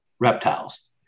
reptiles